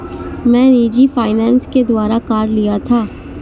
मैं निजी फ़ाइनेंस के द्वारा कार लिया था